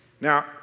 Now